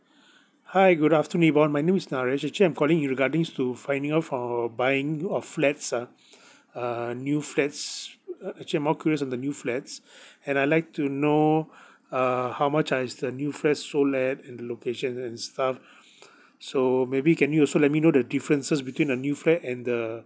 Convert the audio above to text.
hi good afternoon nibong my name is naresh actually I'm calling you regarding to finding out for buying new uh flats ah err new flats uh uh actually I'm more curious on the new flats and I'd like to know uh how much uh is the new flat sold at and the location and stuff so maybe can you also let me know the differences between the new flat and the